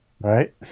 Right